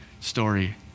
story